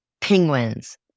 penguins